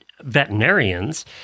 veterinarians